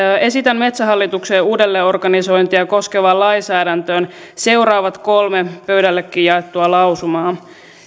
esitän metsähallituksen uudelleenorganisointia koskevaan lainsäädäntöön seuraavat kolme pöydällekin jaettua lausumaa